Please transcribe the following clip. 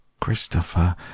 Christopher